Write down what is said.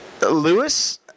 Lewis